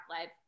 Live